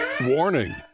Warning